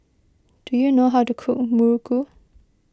do you know how to cook Muruku